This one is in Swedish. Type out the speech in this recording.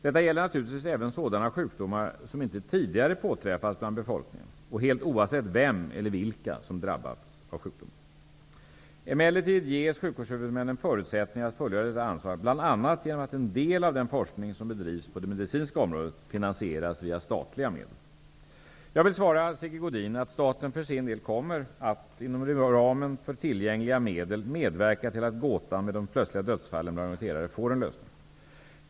Detta gäller naturligtvis även sådana sjukdomar som inte tidigare påträffats bland befolkningen och helt oavsett vem eller vilka som drabbas av sjukdomen. Emellertid ges sjukvårdshuvudmännen förutsättningar att fullgöra detta ansvar bl.a. genom att en del av den forskning som bedrivs på det medicinska området finansieras via statliga medel. Jag vill svara Sigge Godin att staten för sin del kommer att -- inom ramen för tillgängliga medel -- medverka till att gåtan med de plötsliga dödsfallen bland orienterare får en lösning.